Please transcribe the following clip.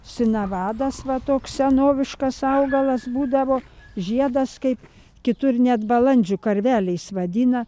sinavadas va toks senoviškas augalas būdavo žiedas kaip kitur net balandžiu karveliais vadina